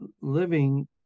living